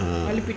uh